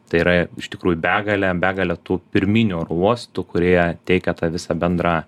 tai yra iš tikrųjų begalė begalė tų pirminių oro uostų kurie teikia tą visą bendrą